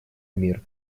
мир